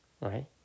Right